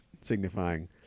signifying